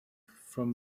from